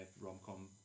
rom-com